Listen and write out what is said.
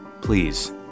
Please